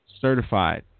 Certified